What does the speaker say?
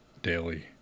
daily